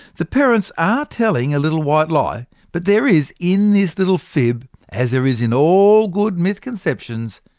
the parents are telling a little white lie, but there is in this little fib, as there is in all good mythconceptions,